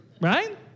right